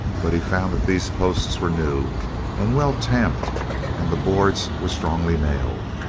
but he found that these posts were new and well tamped and the boards were strongly nailed.